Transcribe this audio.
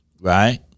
Right